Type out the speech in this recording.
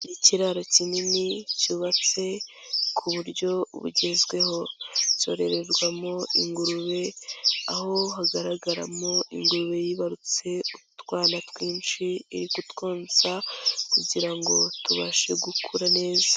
Ikiraro kinini cyubatse ku buryo bugezweho, cyorererwamo ingurube, aho hagaragaramo ingurube yibarutse utwana twinshi iri kutwonsa kugira ngo tubashe gukura neza.